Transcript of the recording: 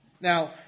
Now